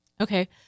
Okay